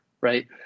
Right